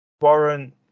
Warren